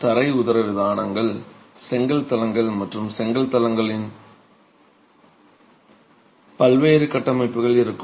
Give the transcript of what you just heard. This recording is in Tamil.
தரை உதரவிதானங்கள் செங்கல் தளங்கள் மற்றும் செங்கல் தளங்களின் பல்வேறு கட்டமைப்புகள் இருக்கும்